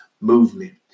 movement